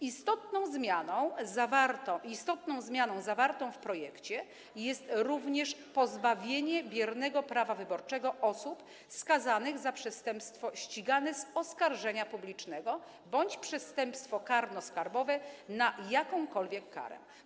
Istotną zmianą zawartą w projekcie jest również pozbawienie biernego prawa wyborczego osób skazanych za przestępstwo ścigane z oskarżenia publicznego bądź przestępstwo karnoskarbowe na jakąkolwiek karę.